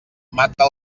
mata